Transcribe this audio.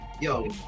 Yo